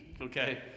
Okay